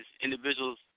individuals